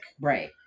Right